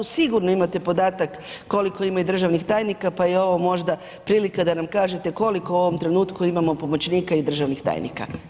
Sigurno imate podatak koliko ima i državnih tajnika pa je ovo možda prilika da nam kažete koliko u ovom trenutku imamo pomoćnika i državnih tajnika.